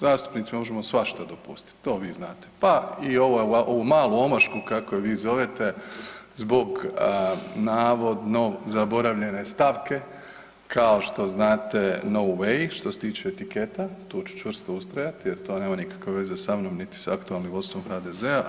Zastupnicima možemo svašta dopustit, to vi znate, pa i ovu malu omašku kako je vi zovete zbog navodno zaboravljene stavke, kao što znate no way što se tiče etiketa, tu ću čvrsto ustrajati jer to nema nikakve veze sa mnom niti s aktualnim vodstvom HDZ-a.